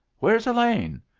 where's elaine?